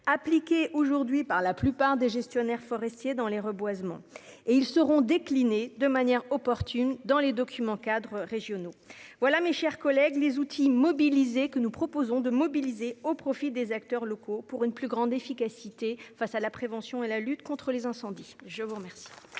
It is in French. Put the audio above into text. appliqués par la plupart des gestionnaires forestiers, qui seront déclinés de manière opportune dans les documents-cadres régionaux. Voilà, mes chers collègues, les outils que nous proposons de mobiliser au profit des acteurs locaux pour une plus grande efficacité dans la prévention et la lutte contre les incendies. La parole